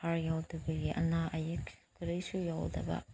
ꯍꯥꯔ ꯌꯥꯎꯗꯕꯒꯤ ꯑꯅꯥ ꯑꯌꯦꯛ ꯀꯔꯤꯁꯨ ꯌꯥꯎꯗꯕ